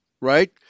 right